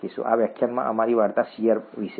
આ વ્યાખ્યાનમાં અમારી વાર્તા શીયર વિશે હતી